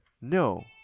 No